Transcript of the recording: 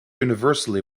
universally